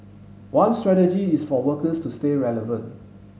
one strategy is for workers to stay relevant